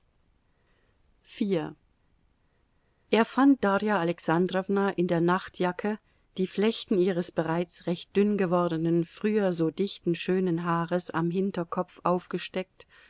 er fand darja alexandrowna in der nachtjacke die flechten ihres bereits recht dünn gewordenen früher so dichten schönen haares am hinterkopf aufgesteckt